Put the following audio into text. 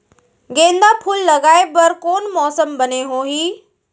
गेंदा फूल लगाए बर कोन मौसम बने होही?